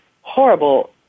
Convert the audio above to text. horrible